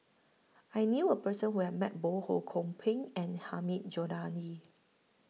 I knew A Person Who has Met Ho Kwon Ping and Hilmi Johandi